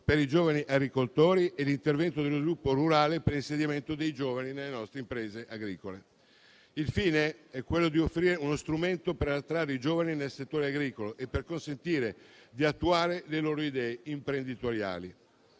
per i giovani agricoltori e l'intervento di sviluppo rurale per l'insediamento dei giovani nelle nostre imprese agricole. Il fine è quello di offrire uno strumento per attrarre i giovani nel settore agricolo e per consentire di attuare le loro idee imprenditoriali,